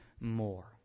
more